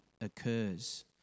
occurs